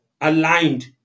aligned